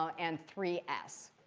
um and three s.